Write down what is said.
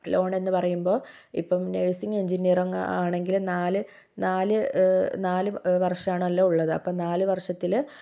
loan എന്ന് പറയുമ്പോൾ ഇപ്പോൾ നഴ്സിംഗ് എൻജിനീയർ ആണെങ്കിലും നാല് നാല് നാല് വർഷമാണല്ലോ ഉള്ളത് അപ്പോൾ നാല് വർഷത്തില്